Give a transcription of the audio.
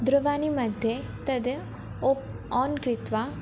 दूरवाणीमध्ये तद् open कृत्वा